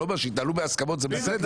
שיתנהלו בהסכמות, זה בסדר.